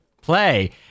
play